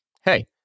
hey